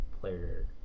player